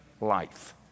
life